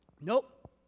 Nope